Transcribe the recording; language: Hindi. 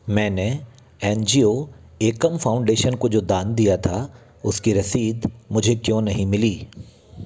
मैंने N G O Ekam Foundation को जो दान दिया था उसकी रसीद मुझे क्यों नहीं मिली